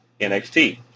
NXT